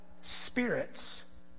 spirits